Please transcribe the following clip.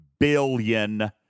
Billion